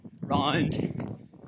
round